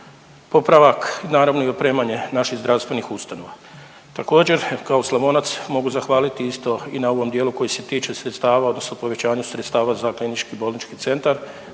popravak naravno i opremanje naših zdravstvenih ustanova. Također, kao Slavonac mogu zahvaliti isto i na ovom dijelu koji se tiče sredstava odnosno povećan ju sredstava za klinički bolnički centra.